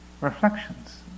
reflections